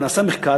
נעשה מחקר,